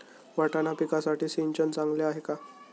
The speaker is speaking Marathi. वाटाणा पिकासाठी सिंचन चांगले आहे का?